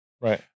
Right